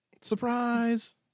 Surprise